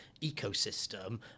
ecosystem